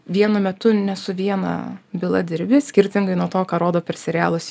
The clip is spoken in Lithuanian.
vienu metu ne su viena byla dirbi skirtingai nuo to ką rodo per serialus